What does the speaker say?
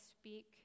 speak